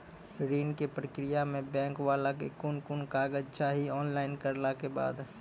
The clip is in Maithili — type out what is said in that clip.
ऋण के प्रक्रिया मे बैंक वाला के कुन कुन कागज चाही, ऑनलाइन करला के बाद?